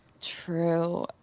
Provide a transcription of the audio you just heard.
True